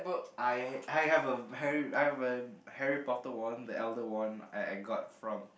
I have a I have a Harry-Potter wand the elder wand I got from